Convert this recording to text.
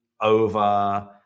over